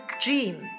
gym